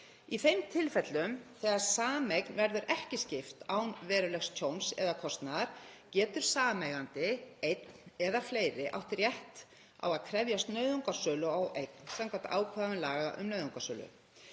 Í þeim tilfellum þegar sameign verður ekki skipt án verulegs tjóns eða kostnaðar getur sameigandi, einn eða fleiri, átt rétt á að krefjast nauðungarsölu á eign samkvæmt ákvæðum laga um nauðungarsölu.